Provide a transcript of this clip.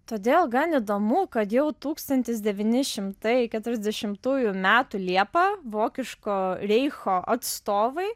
todėl gan įdomu kad jau tūkstantis devyni šimtai keturiasdešimtųjų metų liepą vokiško reicho atstovai